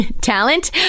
talent